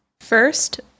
First